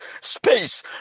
space